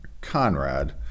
Conrad